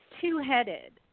two-headed